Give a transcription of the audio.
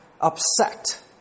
upset